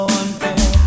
unfair